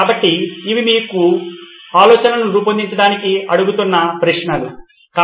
కాబట్టి ఇవి మీరు ఆలోచనలను రూపొందించడానికి అడుగుతున్న ప్రశ్నలు సరే